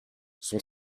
son